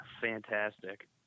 fantastic